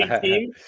team